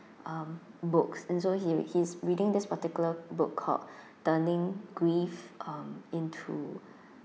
um books and so he he's reading this particular book called turning grief um into